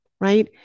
right